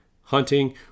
hunting